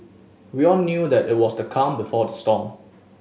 we all knew that it was the calm before the storm